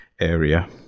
area